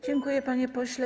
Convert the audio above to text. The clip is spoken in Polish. Dziękuję, panie pośle.